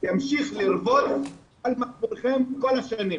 תמשיך לרבוץ על מצפונכם כל השנים.